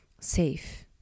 safe